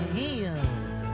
heels